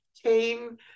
came